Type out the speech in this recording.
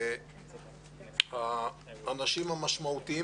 האנשים המשמעותיים